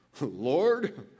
Lord